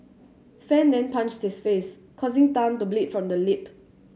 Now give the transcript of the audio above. fan then punched his face causing Tan to bleed from the lip